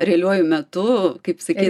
realiuoju metu kaip sakyt